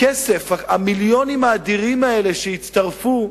הכסף, המיליונים האדירים האלה שהצטרפו,